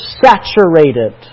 saturated